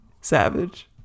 Savage